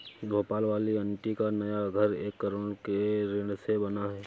भोपाल वाली आंटी का नया घर एक करोड़ के ऋण से बना है